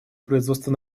производства